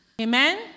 Amen